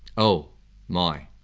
oh my!